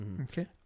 Okay